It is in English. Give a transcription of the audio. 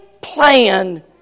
plan